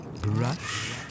brush